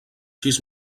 sis